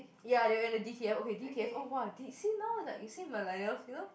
ya they were in a D_T_F okay D_T_F oh !wah! they say now it's like they say millennials you know